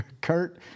Kurt